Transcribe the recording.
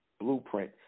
blueprint